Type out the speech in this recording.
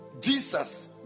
Jesus